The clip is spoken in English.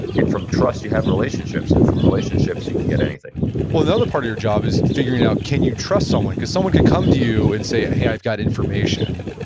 and from trust you have relationships and from relationships you can get anything well, the other part of your job is figuring out can you trust someone because someone could come to you and say, ah hey, i've got information.